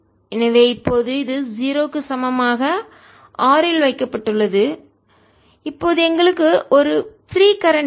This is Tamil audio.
எனவே இப்போது இது 0 க்கு சமமாக r இல் வைக்கப்பட்டுள்ளது இப்போது எங்களுக்கு ஒரு பிரீ கரெண்ட் இல்லை